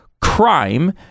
crime